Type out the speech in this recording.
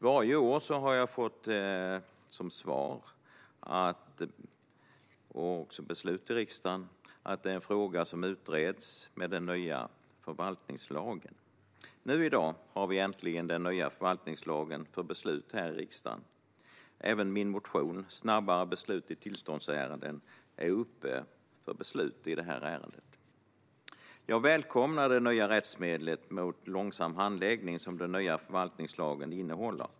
Varje år har jag fått som svar - och det har också varit riksdagens beslut - att detta är en fråga som utreds med den nya förvaltningslagen. Nu i dag har vi äntligen den nya förvaltningslagen för beslut här i riksdagen. Även min motion om snabbare beslut i tillståndsärenden är uppe för beslut i ärendet. Jag välkomnar det nya rättsmedlet mot långsam handläggning som den nya förvaltningslagen innehåller.